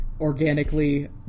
Organically